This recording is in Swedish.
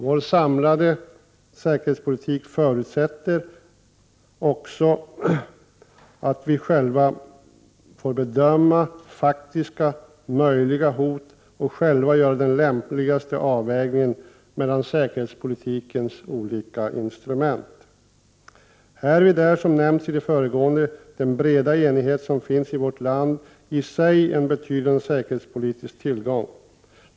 Vår samlade säkerhetspolitik förutsätter också att vi förbehåller oss rätten att själva bedöma faktiska och möjliga hot och själva göra den lämpliga avvägningen mellan säkerhetspolitikens olika instrument. Härvid är, som nämnts i det föregående, den breda enighet som finns i vårt land i sig en betydande säkerhetspolitisk tillgång.